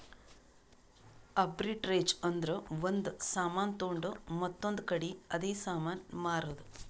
arbitrage ಅಂದುರ್ ಒಂದ್ ಸಾಮಾನ್ ತೊಂಡು ಮತ್ತೊಂದ್ ಕಡಿ ಅದೇ ಸಾಮಾನ್ ಮಾರಾದ್